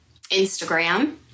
Instagram